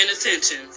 attention